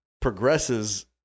progresses